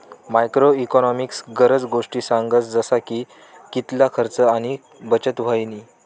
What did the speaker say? macro economics गनज गोष्टी सांगस जसा की कितला खर्च आणि बचत व्हयनी